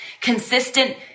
consistent